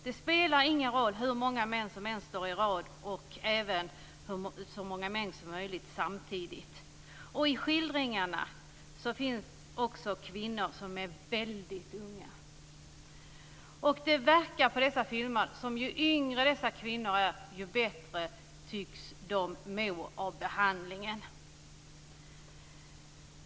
Det spelar ingen roll hur många män som än står i rad, och det ska även vara så många män som möjligt samtidigt. I skildringarna finns det också väldigt unga kvinnor, och det verkar på dessa filmer som att ju yngre de är desto bättre skulle de må av behandlingen.